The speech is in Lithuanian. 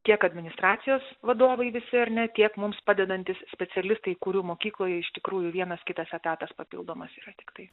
tiek administracijos vadovai visi ar ne tiek mums padedantys specialistai kurių mokykloje iš tikrųjų vienas kitas etatas papildomas yra tiktai